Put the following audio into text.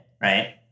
Right